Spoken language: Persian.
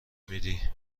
میدی